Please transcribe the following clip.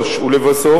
ולבסוף,